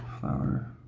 Flower